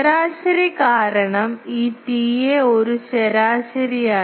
ശരാശരി കാരണം ഈ TA ഒരു ശരാശരിയാണ്